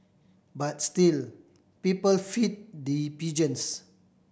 but still people feed the pigeons